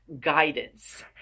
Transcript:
guidance